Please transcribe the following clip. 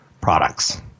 products